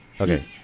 Okay